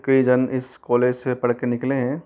कई जन इस कॉलेज से पढ़के निकले हैं